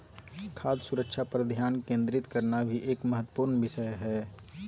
खाद्य सुरक्षा पर ध्यान केंद्रित करना भी एक महत्वपूर्ण विषय हय